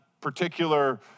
particular